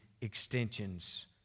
extensions